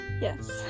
Yes